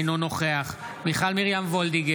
אינו נוכח מיכל מרים וולדיגר,